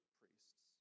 priests